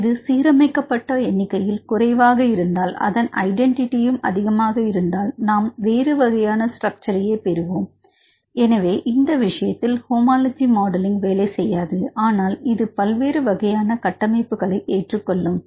இது சீரமைக்கப்பட்ட எண்ணிக்கையில் குறைவாக இருந்தால் அதன் ஐடென்டிட்டியும் அதிகமாக இருந்தால் நாம் வேறு வகையான ஸ்ட்ரக்ச்சர்ஐயே பெறுவோம் எனவே இந்த விஷயத்தில் ஹோமோலஜி மாடலிங் வேலை செய்யாது ஆனால் இது பல்வேறு வகையான கட்டமைப்புகளை ஏற்றுக்கொள்ளும்